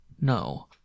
No